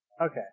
Okay